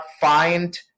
find